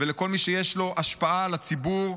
לכל מי שיש לו השפעה על הציבור,